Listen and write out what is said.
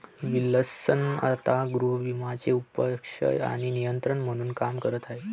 Wilson आता गृहविम्याचे उपाध्यक्ष आणि नियंत्रक म्हणून काम करत आहेत